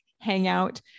hangout